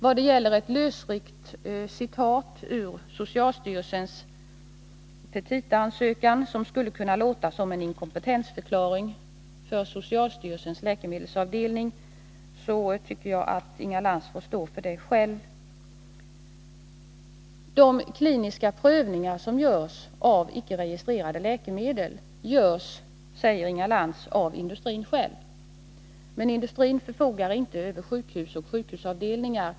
Vad gäller ett lösryckt citat ur socialstyrelsens petitaansökan, som skulle kunna låta som en inkompetensförklaring av socialstyrelsens läkemedelsavdelning, tycker jag att Inga Lantz får stå för den tolkningen sj De kliniska prövningarna av icke registrerade läkemedel görs, säger Inga Lantz, av industrin själv. Men industrin förfogar inte över sjukhus och sjukhusavdelningar.